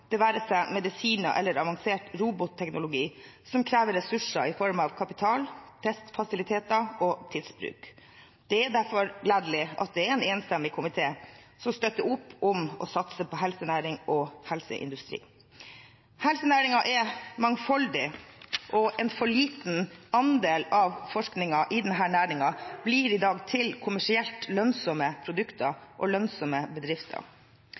det være seg av medisiner eller av avansert robotteknologi, som krever ressurser i form av kapital, testfasiliteter og tidsbruk. Det er derfor gledelig at det er en enstemmig komité som støtter opp om å satse på helsenæring og helseindustri. Helsenæringen er mangfoldig, og en for liten andel av forskningen i denne næringen blir i dag til kommersielt lønnsomme produkter og lønnsomme bedrifter.